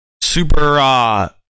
super